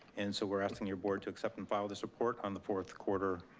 and so we're asking your board to accept and file this report on the fourth quarter,